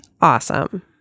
Awesome